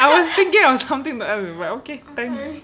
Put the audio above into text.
I was thinking of something but okay thanks